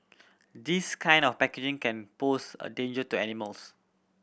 this kind of packaging can pose a danger to animals